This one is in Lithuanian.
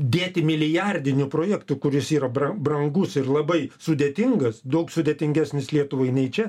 dėti milijardinių projektų kuris yra bra brangus ir labai sudėtingas daug sudėtingesnis lietuvai nei čia